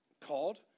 called